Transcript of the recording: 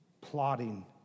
plotting